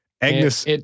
Agnes